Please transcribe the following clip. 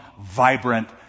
vibrant